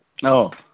ꯑꯧ